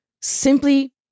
simply